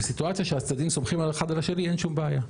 בסיטואציה שהצדדים סומכים אחד על השני אין שום בעיה,